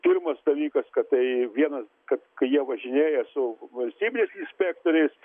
pirmas dalykas kad tai vienas kad kai jie važinėja su valstybiniais inspektoriais